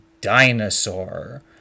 dinosaur